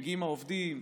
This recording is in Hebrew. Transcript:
מגיעים העובדים,